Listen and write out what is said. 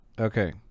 okay